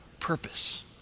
purpose